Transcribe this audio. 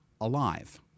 alive